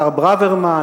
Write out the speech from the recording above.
השר ברוורמן,